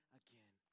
again